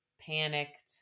panicked